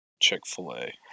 chick-fil-a